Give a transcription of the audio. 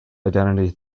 identity